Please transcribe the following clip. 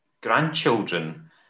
grandchildren